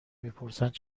میپرسند